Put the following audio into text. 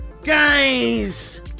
Guys